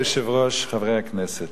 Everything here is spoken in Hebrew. אדוני היושב-ראש, חברי הכנסת,